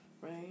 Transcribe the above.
Right